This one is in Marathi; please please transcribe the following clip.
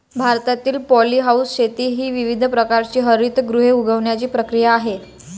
भारतातील पॉलीहाऊस शेती ही विविध प्रकारची हरितगृहे उगवण्याची प्रक्रिया आहे